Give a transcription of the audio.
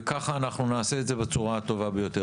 וככה אנחנו נעשה את זה בצורה הטובה ביותר.